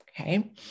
Okay